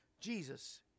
Jesus